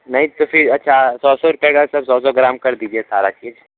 नहीं तो फिर अच्छा सौ सौ रुपए का सब सौ सौ ग्राम कर दीजिए सारा चीज़